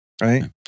right